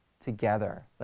together